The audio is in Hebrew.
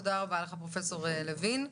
תודה רבה לך פרופ' לוין.